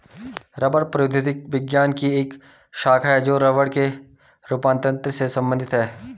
रबड़ प्रौद्योगिकी विज्ञान की एक शाखा है जो रबड़ के रूपांतरण से संबंधित है